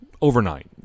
overnight